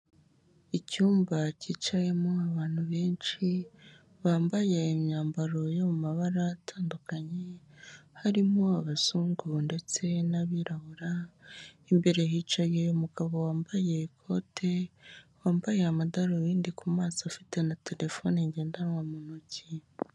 Icyumba cyicayemo abantu benshi bambaye imyambaro yo mu mabara atandukanye, harimo abazungu ndetse n'abirabura, imbere hicaye umugabo wambaye ikote, wambaye amadarubindi ku maso, afite na terefone ngendanwa mu ntoki.